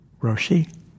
Roshi